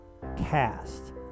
cast